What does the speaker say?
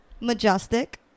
majestic